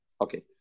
Okay